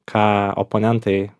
ką oponentai